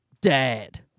dad